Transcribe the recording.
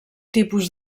tipus